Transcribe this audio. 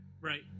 Right